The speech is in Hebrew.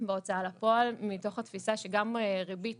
בהוצאה לפועל מתוך התפיסה שגם ריבית